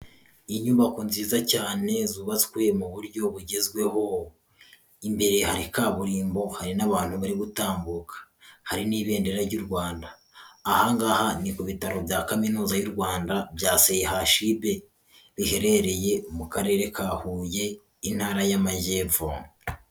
Inyubako nziza cyane zubatswe mu buryo bugezweho, imbere hari kaburimbo, hari n'abantu bari gutambuka, hari n'ibendera ry'u Rwanda, aha ngaha ni ku bitaro bya Kaminuza y'u Rwanda bya CHUB biherereye mu karere ka Huye, intara y'Amajyepfo.